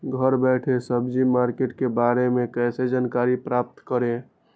घर बैठे सब्जी मार्केट के बारे में कैसे जानकारी प्राप्त करें?